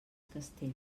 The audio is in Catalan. castell